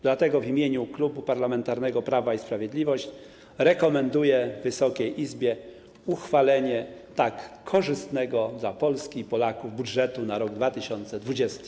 Dlatego w imieniu Klubu Parlamentarnego Prawo i Sprawiedliwość rekomenduję Wysokiej Izbie uchwalenie tak korzystnego dla Polski i Polaków budżetu na rok 2020.